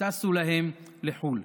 טסו להם לחו"ל,